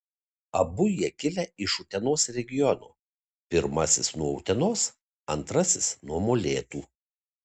abu jie kilę iš utenos regiono pirmasis nuo utenos antrasis nuo molėtų